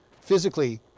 physically